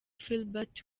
philbert